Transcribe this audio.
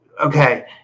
okay